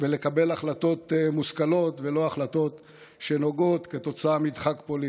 ולקבל החלטות מושכלות ולא החלטות שנוגעות כתוצאה מדחק פוליטי.